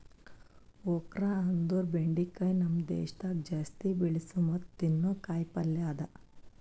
okra ಅಂದುರ್ ಬೆಂಡಿಕಾಯಿ ನಮ್ ದೇಶದಾಗ್ ಜಾಸ್ತಿ ಬೆಳಸೋ ಮತ್ತ ತಿನ್ನೋ ಕಾಯಿ ಪಲ್ಯ ಅದಾ